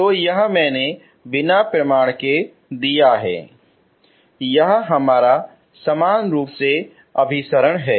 तो यह मैंने बिना प्रमाण के दिया है यह हमारा समान रूप से अभिसरण है